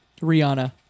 Rihanna